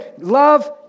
Love